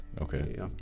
okay